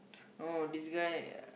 no this guy